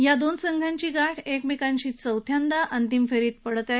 या दोन संघांची गाठ एकमेकांशी चौथ्यांदा अंतिम फेरीत पडत आहे